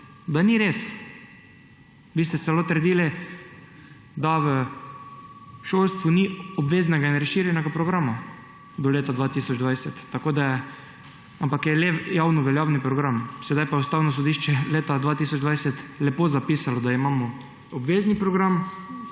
ste do leta 2020 celo trdili, da v šolstvu ni obveznega in razširjenega programa, ampak je le javno veljavni program. Sedaj pa je Ustavno sodišče leta 2020 lepo zapisalo, da imamo obvezni kakor